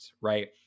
right